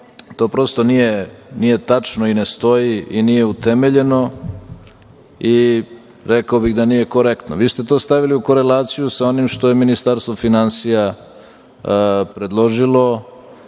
to prosto nije tačno, ne stoji i nije utemeljeno, rekao bih da nije korektno. Vi sto to stavili u korelaciju sa onim što je Ministarstvo finansija predložilo